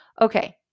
okay